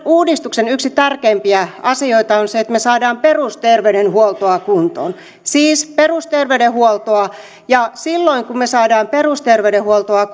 uudistuksen yksi tärkeimpiä asioita on se että me saamme perusterveydenhuoltoa kuntoon siis perusterveydenhuoltoa ja silloin kun me saamme perusterveydenhuoltoa